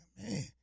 man